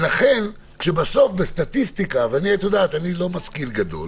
לכן כשבסטטיסטיקה ואני לא משכיל גדול